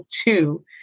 two